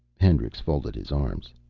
hendricks folded his arms.